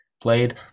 played